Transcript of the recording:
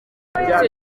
icyo